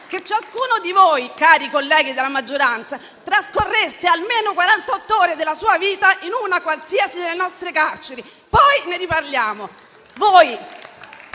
che ciascuno di voi - cari colleghi della maggioranza - trascorresse almeno quarantott'ore della sua vita in una qualsiasi delle nostre carceri, e poi ne riparliamo.